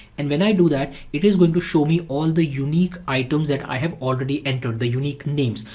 and when i do that it is going to show me all the unique items that i have already entered, the unique names.